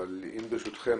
אבל ברשותכם,